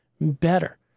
better